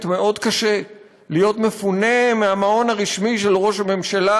באמת קשה מאוד להיות מפונה מהמעון הרשמי של ראש הממשלה,